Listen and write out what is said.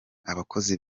abakozi